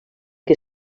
que